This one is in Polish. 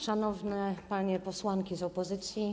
Szanowne Panie Posłanki z Opozycji!